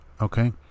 Okay